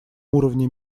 уровне